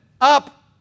up